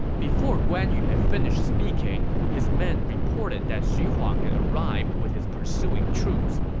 before guan yu had finished speaking, his men reported that xu huang had arrived with his pursuing troops.